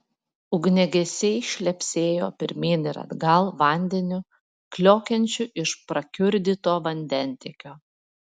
ugniagesiai šlepsėjo pirmyn ir atgal vandeniu kliokiančiu iš prakiurdyto vandentiekio